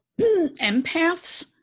empaths